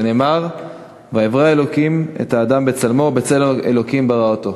"שנאמר: 'ויברא אלוקים את האדם בצלמו בצלם אלוקים ברא אֹתו'."